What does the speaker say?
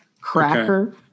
Cracker